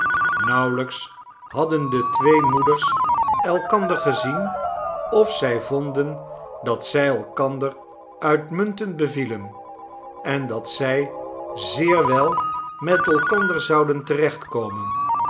nauwelijks hadden de twee moeders elkander gezien of zij vonden dat zij elkander uitmuntend bevielen en dat zij zeer wel met elkander zouden